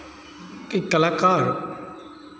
एक कलाकार